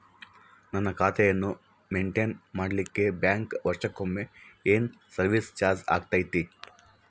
ನನ್ನ ಖಾತೆಯನ್ನು ಮೆಂಟೇನ್ ಮಾಡಿಲಿಕ್ಕೆ ಬ್ಯಾಂಕ್ ವರ್ಷಕೊಮ್ಮೆ ಏನು ಸರ್ವೇಸ್ ಚಾರ್ಜು ಹಾಕತೈತಿ?